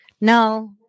no